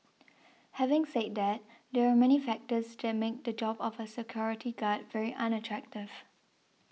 having said that there are many factors that make the job of a security guard very unattractive